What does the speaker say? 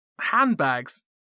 handbags